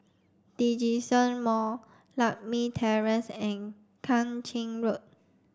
Djitsun Mall Lakme Terrace and Kang Ching Road